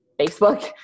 Facebook